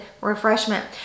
refreshment